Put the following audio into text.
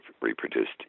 reproduced